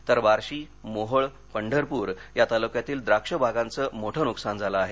तर बार्शी मोहोळ पंढरपूर या तालुक्यातील द्राक्षं बांगाचे मोठं नुकसान झालं आहे